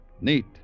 Neat